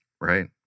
Right